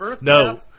No